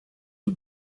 who